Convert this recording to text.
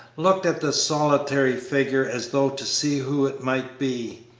looked at the solitary figure as though to see who it might be.